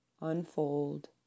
unfold